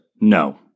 no